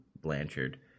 Blanchard